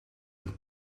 een